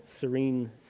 serene